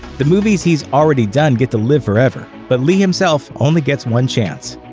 the movies he's already done get to live forever, but li himself only gets one chance.